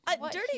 Dirty